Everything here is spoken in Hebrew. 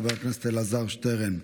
חבר הכנסת אלעזר שטרן,